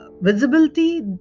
visibility